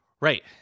Right